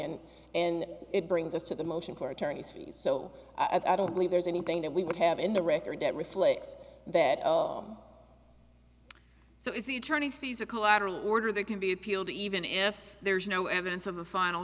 and and it brings us to the motion for attorney's fees so i don't believe there's anything that we would have in the record that reflects that so is the chinese fees or collateral murder that can be appealed even if there's no evidence of a final